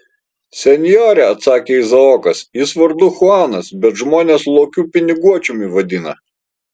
senjore atsakė izaokas jis vardu chuanas bet žmonės lokiu piniguočiumi vadina